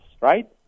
right